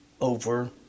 over